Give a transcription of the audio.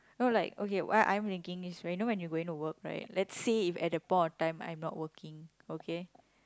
no like okay what I'm thinking is when you know you're going to work right let's say at that point of time I'm not working okay